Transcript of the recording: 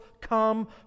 come